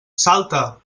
salta